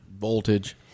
Voltage